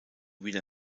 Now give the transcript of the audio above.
wieder